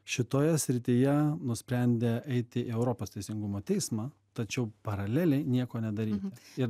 šitoje srityje nusprendė eiti į europos teisingumo teismą tačiau paraleliai nieko nedaryt ir